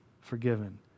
forgiven